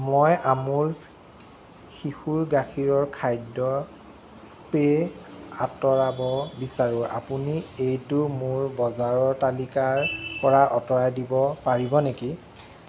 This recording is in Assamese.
মই আমুল শিশুৰ গাখীৰৰ খাদ্যৰ স্প্ৰে আঁতৰাব বিচাৰোঁ আপুনি এইটো মোৰ বজাৰৰ তালিকাৰপৰা অঁতৰাই দিব পাৰিব নেকি